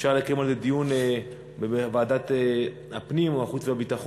אפשר לקיים על זה דיון בוועדת הפנים או בוועדת החוץ והביטחון